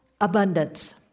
abundance